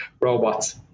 robots